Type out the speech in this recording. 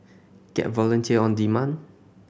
get a volunteer on demand